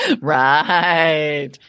Right